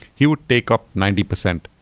he would take up ninety percent,